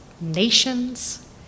nations